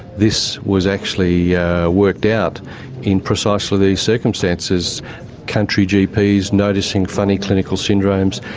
this was actually yeah worked out in precisely these circumstances country gps noticing funny clinical syndromes.